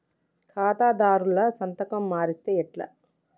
ఖాతాదారుల సంతకం మరిస్తే ఎట్లా?